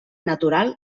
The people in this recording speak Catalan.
natural